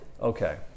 Okay